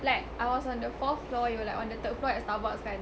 like I was on the fourth floor you were like on the third floor at Starbucks kan